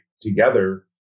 together